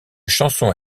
chanson